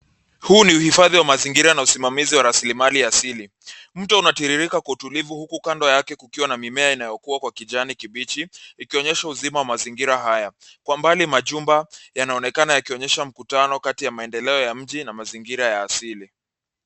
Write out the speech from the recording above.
Huu ni uhifadhi wa mazingira na usimamizi wa rasilimali asili. Mto unatirirka kwa utulivu huku kando yake kukiwa na mimea inayokuwa kwa kijani kibichi ikionyesha uzima wa mazingira haya. Kwa mbali majumba yanaoneka yakionyesha mkutano kati ya maendeleo ya mji na mazingira ya asili.